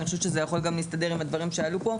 אני חושבת שזה יכול גם להסתדר עם הדברים שעלו כאן.